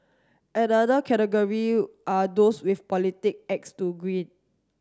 another category are those with a politic axe to grin